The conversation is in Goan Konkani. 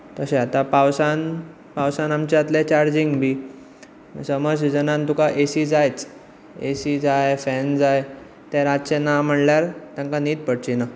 तशें आतां पावसांत पावसांत आमचें येतलें चार्जींग बी समर सिजनांत तुका एसी जायच एसी जाय फॅन जाय ते रातचें ना म्हणल्यार तांकां न्हीद पडची ना